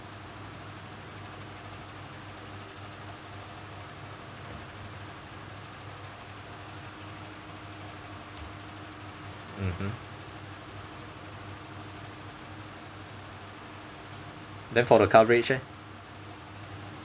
mmhmm then for the coverage leh